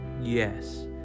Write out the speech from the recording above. yes